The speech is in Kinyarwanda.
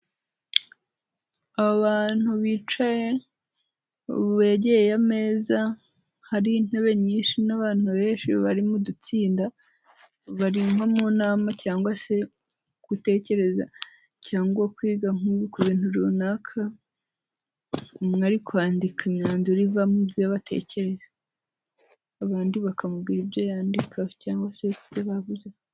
Abantu bicaye begeye ameza, hari intebe nyinshi n'abantu benshi barimo gutsinda, bari nko mu nama cyangwa se gutekereza, cyangwa kwiga nko ku bintu runaka, umwe ari kwandika imyanzuro iva mubyo batekereza, abandi bakamubwira ibyo yandika cyangwa se ibyo bavuze.